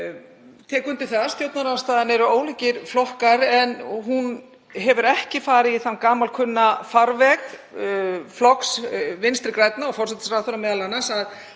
tek undir það að stjórnarandstaðan er ólíkir flokkar en hún hefur ekki farið í þann gamalkunna farveg flokks Vinstri grænna, og forsætisráðherra m.a., að